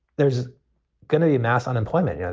there's going to be mass unemployment. yeah